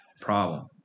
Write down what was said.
problem